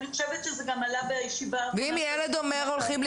אני חושבת שזה גם עלה בישיבה האחרונה --- אם ילד אומר "הולכים,